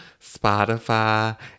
Spotify